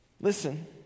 Listen